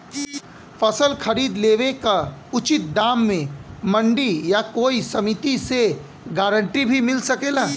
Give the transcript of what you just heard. फसल खरीद लेवे क उचित दाम में मंडी या कोई समिति से गारंटी भी मिल सकेला?